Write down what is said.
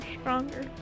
stronger